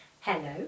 Hello